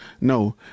No